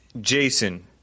Jason